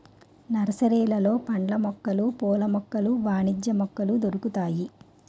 నర్సరీలలో పండ్ల మొక్కలు పూల మొక్కలు వాణిజ్య మొక్కలు దొరుకుతాయి